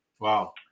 Wow